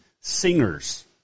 singers